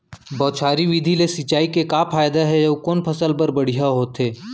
बौछारी विधि ले सिंचाई के का फायदा हे अऊ कोन फसल बर बढ़िया होथे?